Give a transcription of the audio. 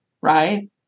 right